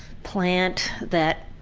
plant that